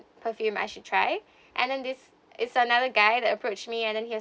perfume I should try and then this is another guy that approach me and he's